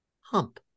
hump